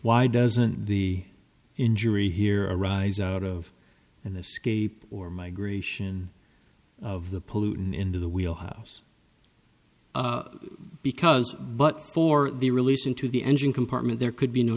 why doesn't the injury here arise out of the scape or migration of the pollutant into the wheel house because but for the release into the engine compartment there could be no